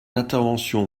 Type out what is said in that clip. intervention